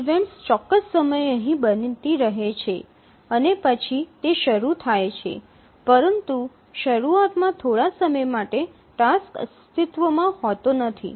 events ચોક્કસ સમયે અહીં બનતી રહે છે અને પછી તે શરૂ થાય છે પરંતુ શરૂઆતમાં થોડા સમય માટે ટાસ્ક અસ્તિત્વમાં હોતો નથી